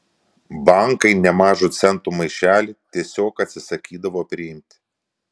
bankai nemažą centų maišelį tiesiog atsisakydavo priimti